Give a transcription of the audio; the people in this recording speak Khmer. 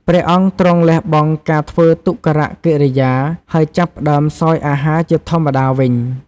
ព្រះអង្គទ្រង់លះបង់ការធ្វើទុក្ករកិរិយា ហើយចាប់ផ្តើមសោយអាហារជាធម្មតាវិញ។